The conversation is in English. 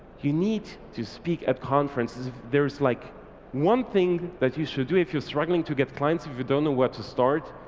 you need to speak at conferences. there's like one thing that you should do if you're struggling to get clients, if you don't know where to start.